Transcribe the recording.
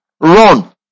Run